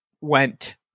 went